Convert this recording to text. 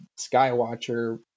Skywatcher